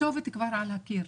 הכתובת כבר על הקיר.